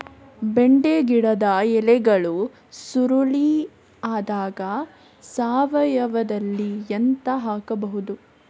ಬೆಂಡೆ ಗಿಡದ ಎಲೆಗಳು ಸುರುಳಿ ಆದಾಗ ಸಾವಯವದಲ್ಲಿ ಎಂತ ಹಾಕಬಹುದು?